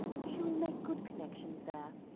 she will made good connections there,